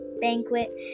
banquet